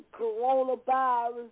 coronavirus